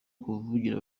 kuvugira